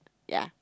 ya